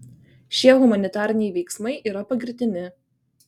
šie humanitariniai veiksmai yra pagirtini